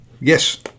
yes